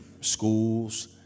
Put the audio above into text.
schools